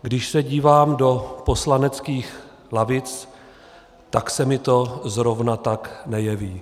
Když se díváme do poslaneckých lavic, tak se mi to zrovna tak nejeví.